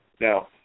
Now